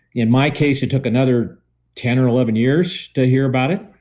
in my case it took another ten or eleven years to hear about it.